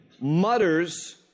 mutters